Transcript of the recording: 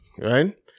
right